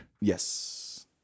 Yes